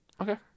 Okay